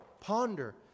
ponder